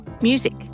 music